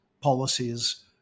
policies